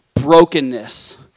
brokenness